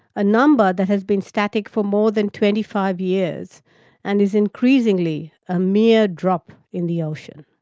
a number that has been static for more than twenty five years and is increasingly a mere drop in the ocean.